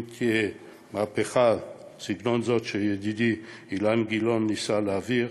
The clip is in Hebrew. אם תהיה מהפכה בסגנון זה שידידי אילן גילאון ניסה להעביר